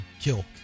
kill